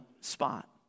spot